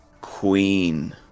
Queen